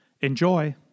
Enjoy